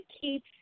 keep